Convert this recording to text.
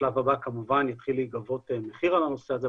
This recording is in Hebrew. בשלב הבא כמובן יתחיל להיגבות מחיר על הנושא הזה,